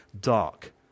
dark